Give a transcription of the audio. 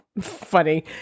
funny